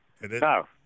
No